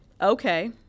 Okay